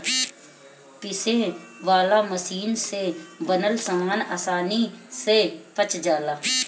पीसे वाला मशीन से बनल सामान आसानी से पच जाला